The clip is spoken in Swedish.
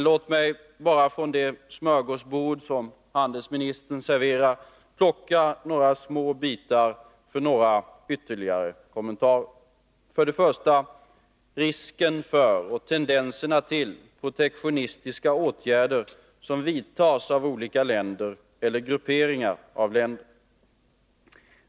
Låt mig bara från det smörgåsbord som handelsministern serverar plocka några små bitar för ytterligare kommentarer. För det första vill jag ta upp risken för och tendenserna till protektionistiska åtgärder, som vidtas av olika länder eller grupperingar av länder.